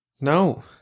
No